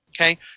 okay